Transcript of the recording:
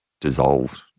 dissolved